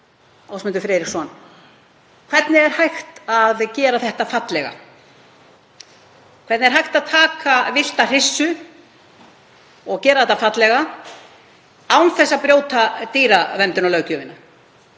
Ásmundur Friðriksson: Hvernig er hægt að gera þetta fallega? Hvernig er hægt að taka villta hryssu og gera þetta fallega án þess að brjóta dýraverndarlöggjöfina?